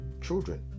children